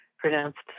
Pronounced